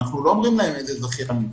אנחנו לא אומרים להם איזה זכיין לבחור,